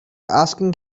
asking